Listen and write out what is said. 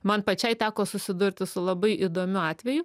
man pačiai teko susidurti su labai įdomiu atveju